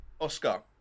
Oscar